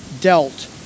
dealt